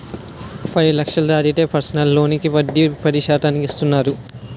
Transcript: పది లక్షలు దాటితే పర్సనల్ లోనుకి వడ్డీ పది శాతానికి ఇస్తున్నారు